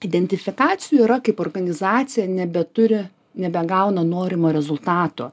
identifikacinių yra kaip organizacija nebeturi nebegauna norimo rezultato